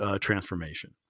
Transformation